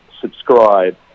subscribe